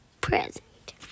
present